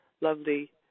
lovely